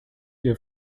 ihr